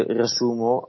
riassumo